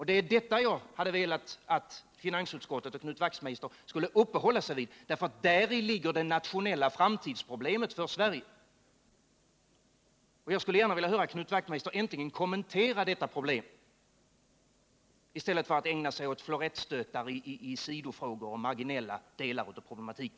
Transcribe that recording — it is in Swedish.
Det var detta jag hade velat att finansutskottet och Knut Wachtmeister skulle uppehålla sig vid, därför att däri ligger det nationella framtidsproblemet för Sverige. Jag skulle gärna vilja höra Knut Wachtmeister äntligen kommentera detta problem i stället för att ägna sig åt florettstötar i sidofrågor och marginella delar av problematiken.